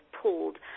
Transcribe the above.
pulled